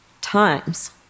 times